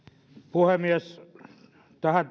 puhemies tähän